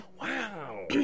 Wow